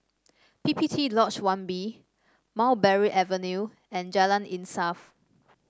P P T Lodge One B Mulberry Avenue and Jalan Insaf